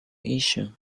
issue